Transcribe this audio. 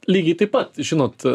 lygiai taip pat žinot